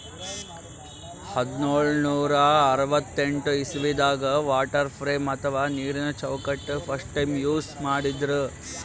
ಹದ್ದ್ನೋಳ್ ನೂರಾ ಅರವತ್ತೆಂಟ್ ಇಸವಿದಾಗ್ ವಾಟರ್ ಫ್ರೇಮ್ ಅಥವಾ ನೀರಿನ ಚೌಕಟ್ಟ್ ಫಸ್ಟ್ ಟೈಮ್ ಯೂಸ್ ಮಾಡಿದ್ರ್